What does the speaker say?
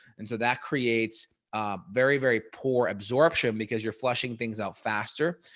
and so that creates very, very poor absorption because you're flushing things out faster.